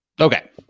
Okay